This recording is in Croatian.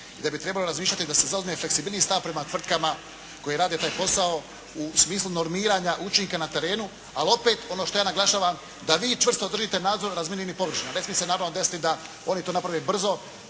i da bi trebalo razmišljati da se zauzme fleksibilniji stav prema tvrtkama koje rade taj posao u smislu normiranja učinka na terenu, ali opet, ono što ja naglašavam, da vi čvrsto držite nadzor razminiranih površina, ne smije se, naravno desiti da oni to naprave brzo,